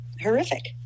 horrific